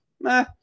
meh